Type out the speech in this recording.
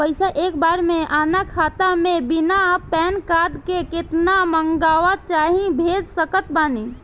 पैसा एक बार मे आना खाता मे बिना पैन कार्ड के केतना मँगवा चाहे भेज सकत बानी?